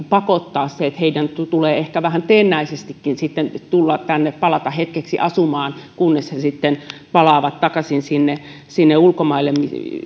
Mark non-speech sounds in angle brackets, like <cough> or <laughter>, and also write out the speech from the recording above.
<unintelligible> pakottaa niin että heidän tulee ehkä teennäisestikin sitten palata tänne hetkeksi asumaan kunnes he sitten palaavat takaisin ulkomaille